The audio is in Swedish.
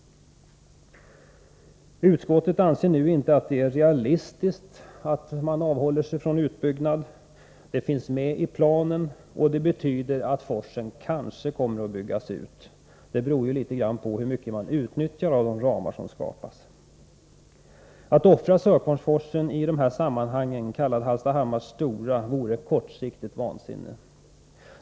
Utskottet anser nu inte att det är realistiskt att man avhåller sig från utbyggnad. Forsen finns med i planen, och det betyder att den kanske kommer att byggas ut. Det beror litet på hur mycket man utnyttjar av de ramar som skapas. Att offra Sörkvarnsforsen — i detta sammanhang kallad Hallstahammars Stora — vore kortsiktigt vansinne.